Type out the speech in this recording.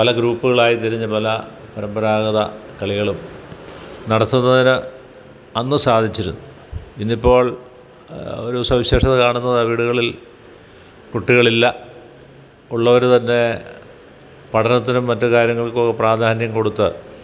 പല ഗ്രൂപ്പുകളായി തിരിഞ്ഞ് പല പരമ്പരാഗത കളികളും നടത്തുന്നതിന് അന്ന് സാധിച്ചിരുന്നു ഇന്നിപ്പോൾ ഒരു സവിശേഷത കാണുന്നത് വീടുകളിൽ കുട്ടികളില്ല ഉള്ളവർ തന്നെ പഠനത്തിനും മറ്റു കാര്യങ്ങൾക്കോ പ്രാധാന്യം കൊടുത്ത്